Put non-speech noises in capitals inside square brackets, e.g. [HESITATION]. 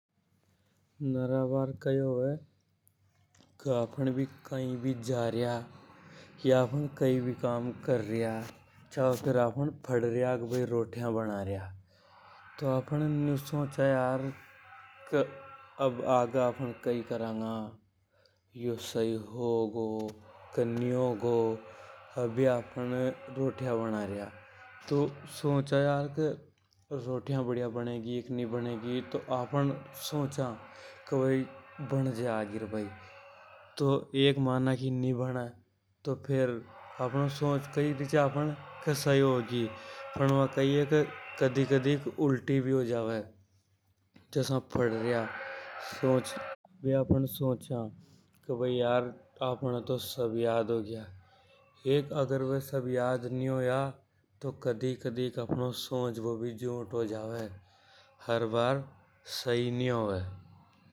नरा बार कई होवे के आपन कई जा रिया या आपन कम कर रिया। [NOISE] छाव आपन फंड रिया या रोटियां बना रिया। तो आपन न्यू सोचा के आगे कई करेंगे। के सई होगा या नि होवे [UNINTELLIGIBLE] तो एक माना की नि बने। तो आपन सोच कई ऋचा के सई होगी पन व कई हे के कदी कड़की उल्टी भी हो जावे। [HESITATION] अभी आपन सोचा के आपने तो सब याद हो गया । एक अगर वे सब याद नि होया तो कदी कदी अपहणों सोचबो भी गलत हो जावे। हर बार सही नि होवे। [NOISE]